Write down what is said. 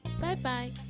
Bye-bye